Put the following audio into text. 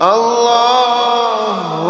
Allah